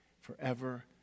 forever